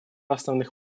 основных